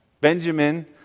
Benjamin